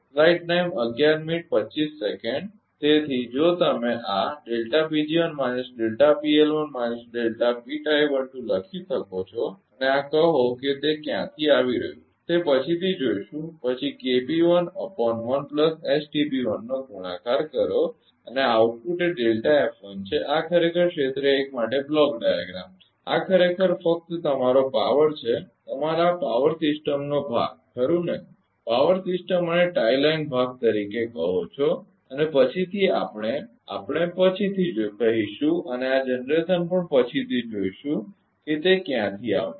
તેથી તમે આ લખી શકો છો અને આ કહો કે તે ક્યાંકથી આવી રહ્યું છે તે પછીથી જોઇશું પછી નો ગુણાકાર કરો અને આઉટપુટ એ છે કે આ ખરેખર ક્ષેત્ર 1 માટે બ્લોક ડાયાગ્રામ છે આ ખરેખર ફક્ત તમારો પાવર છે તમારા આ પાવર સિસ્ટમનો ભાગ ખરુ ને પાવર સિસ્ટમ અને ટાઈ લાઇન ભાગ તરીકે કહો છો અને પછીથી આપણે પછીથી કહીશું અને આ જનરેશન પણ પછીથી જોઇશું કે તે ક્યાંથી આવશે